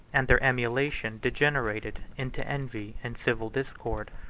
and their emulation degenerated into envy and civil discord.